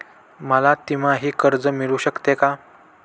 मला तिमाही कर्ज मिळू शकते का?